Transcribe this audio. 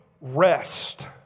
rest